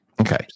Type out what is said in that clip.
Okay